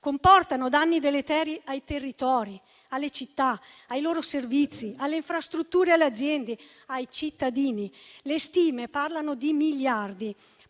Comportano danni deleteri ai territori, alle città, ai loro servizi, alle infrastrutture e alle aziende, ai cittadini. Le stime parlano di miliardi;